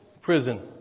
prison